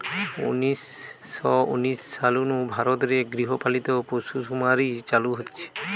উনিশ শ উনিশ সাল নু ভারত রে গৃহ পালিত পশুসুমারি চালু হইচে